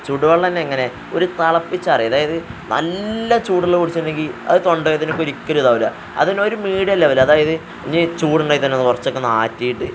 ചൂടുവെള്ളം തന്നെയങ്ങനെ ഒരു തെളപ്പിച്ചാറിയ അതായത് നല്ല ചൂടുള്ള കുടിച്ചിട്ടുണ്ടെങ്കിൽ അത് തൊണ്ട വേദനയ്ക്ക് ഒരിക്കലും ഇതാവില്ല അതിനൊരു മീഡിയം ലെവൽ അതായത് ഇനി ചൂടുണ്ടെങ്കിൽത്തന്നെ അത് കുറച്ചൊക്കെ ഒന്നാറ്റിയിട്ട്